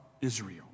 Israel